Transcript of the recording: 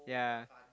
yeah